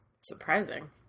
Surprising